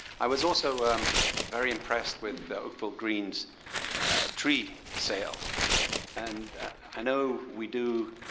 i was also very impressed with oakville green's tree sale and i know we do